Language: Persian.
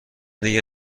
دیگه